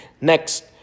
Next